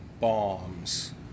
bombs